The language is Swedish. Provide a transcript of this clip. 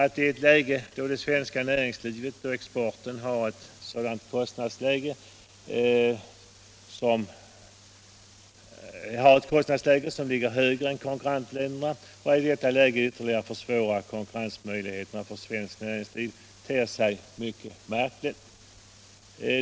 Att i ett läge då det svenska näringslivet har ett kostnadsläge som ligger högre än konkurrentländernas ytterligare försvåra konkurrensmöjligheterna ter sig mycket märkligt.